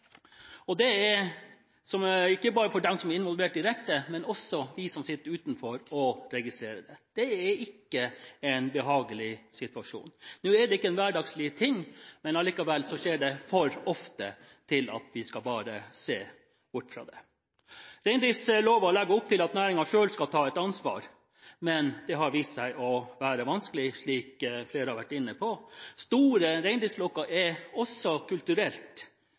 er ikke en behagelig situasjon – ikke bare for dem som er involvert direkte, men også for dem som sitter utenfor og registrerer det. Nå er ikke dette en hverdagslig ting, men likevel skjer det for ofte til at vi bare skal se bort fra det. Reindriftsloven legger opp til at næringen selv skal ta et ansvar, men det har vist seg å være vanskelig, slik flere har vært inne på. Store reindriftsflokker er også kulturelt